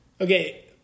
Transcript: Okay